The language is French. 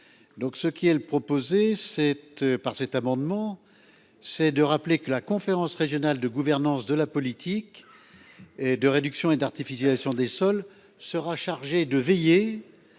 ce qui est le proposer cette par cet amendement. C'est de rappeler que la conférence régionale de gouvernance de la politique. Et de réduction et d'artificialisation des sols sera chargé de veiller.